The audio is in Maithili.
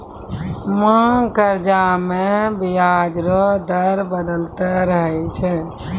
मांग कर्जा मे बियाज रो दर बदलते रहै छै